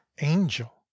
angel